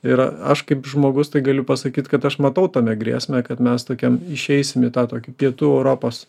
ir aš kaip žmogus tai galiu pasakyt kad aš matau tame grėsmę kad mes tokiam išeisime tą tokį pietų europos